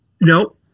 No